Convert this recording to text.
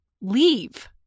leave